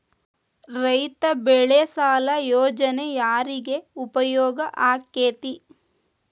ರೈತ ಬೆಳೆ ಸಾಲ ಯೋಜನೆ ಯಾರಿಗೆ ಉಪಯೋಗ ಆಕ್ಕೆತಿ?